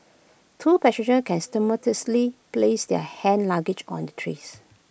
two passenger can simultaneously place their hand luggage on the trays